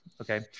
Okay